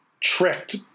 tricked